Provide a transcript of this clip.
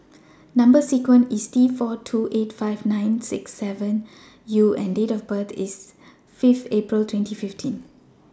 Number sequence IS T four two eight five six nine seven U and Date of birth IS Fifth April twenty fifteen